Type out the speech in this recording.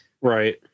right